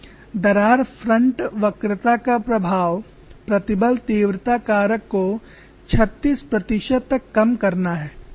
दरार फ्रंट वक्रता का प्रभाव प्रतिबल तीव्रता कारक को 36 प्रतिशत तक कम करना है